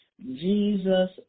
Jesus